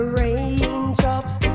raindrops